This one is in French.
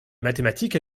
mathématiques